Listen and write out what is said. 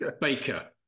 Baker